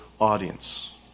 audience